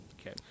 Okay